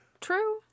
true